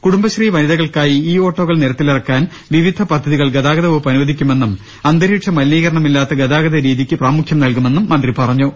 കുടുംബശ്രീ വനിതകൾക്കായി ഇ ഓട്ടോകൾ നിരത്തിലിറക്കാൻ വിവിധ പദ്ധതികൾ ഗതാഗത വകുപ്പ് അനുവദിക്കുമെന്നും അന്തരീക്ഷ മലിനീകരണമില്ലാത്ത ഗതാഗത രീതിക്ക് പ്രാമുഖ്യം നൽകുമെന്നും മന്ത്രി പറഞ്ഞു